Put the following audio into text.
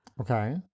Okay